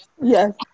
Yes